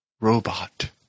robot